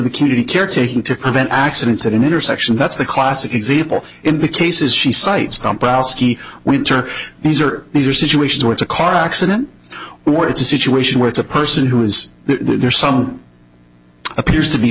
the community care taking to prevent accidents at an intersection that's the classic example in the cases she cites jump out ski winter these are these are situations where it's a car accident where it's a situation where it's a person who is there some appears to be